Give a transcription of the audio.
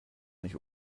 nicht